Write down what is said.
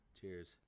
Cheers